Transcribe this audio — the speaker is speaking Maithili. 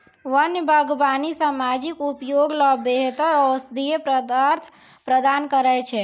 वन्य बागबानी सामाजिक उपयोग ल बेहतर औषधीय पदार्थ प्रदान करै छै